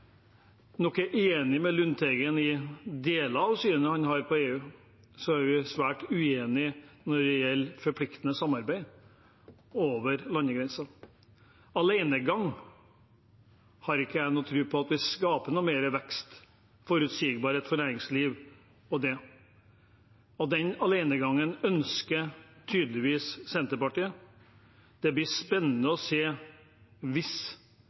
enig med Lundteigen i deler av synet han har på EU, er vi svært uenige når det gjelder forpliktende samarbeid over landegrensene. Alenegang har ikke jeg tro på vil skape noe mer vekst og forutsigbarhet for næringslivet. Den alenegangen ønsker tydeligvis Senterpartiet. Hvis de kommer til taburettene til høsten, blir det spennende å se